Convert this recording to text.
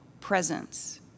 presence